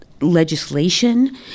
legislation